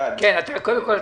קודם כל,